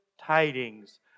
tidings